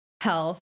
health